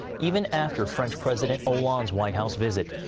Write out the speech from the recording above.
even after french president hollande's white house visit.